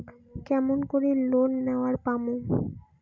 কেমন করি লোন নেওয়ার পামু?